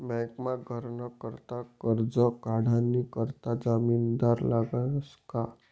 बँकमा घरनं करता करजं काढानी करता जामिनदार लागसच का